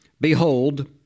Behold